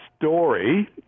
story